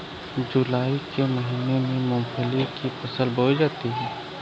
जूलाई के महीने में मूंगफली की फसल बोई जाती है